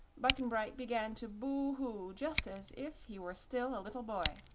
button-bright began to boo-hoo just as if he were still a little boy.